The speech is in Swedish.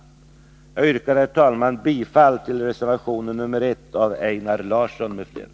Jag yrkar, herr talman, bifall till reservation nr 1 av Einar Larsson m.fl.